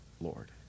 Lord